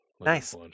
Nice